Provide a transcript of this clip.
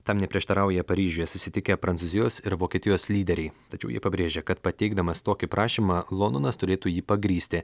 tam neprieštarauja paryžiuje susitikę prancūzijos ir vokietijos lyderiai tačiau ji pabrėžė kad pateikdamas tokį prašymą londonas turėtų jį pagrįsti